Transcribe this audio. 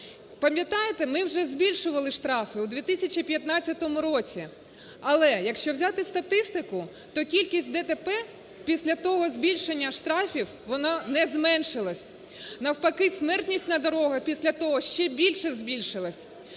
Пам'ятаєте, ми вже збільшували штрафи у 2015 році. Але якщо взяти статистику, то кількість ДТП після того збільшення штрафів, вона не зменшилась, навпаки, смертність на дорогах після того ще більше збільшилась.